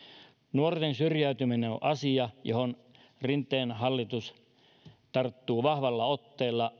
nuorten syrjäytyminen on on asia johon rinteen hallitus tarttuu vahvalla otteella